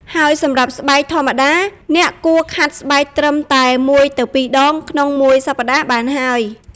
ហើយសម្រាប់ស្បែកធម្មតា អ្នកគួរខាត់ស្បែកត្រឹមតែ ១ ទៅ ២ ដង ក្នុងមួយសប្ដាហ៍បានហើយ។